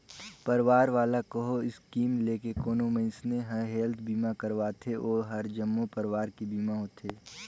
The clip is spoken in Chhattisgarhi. परवार वाला कहो स्कीम लेके कोनो मइनसे हर हेल्थ बीमा करवाथें ओ हर जम्मो परवार के बीमा होथे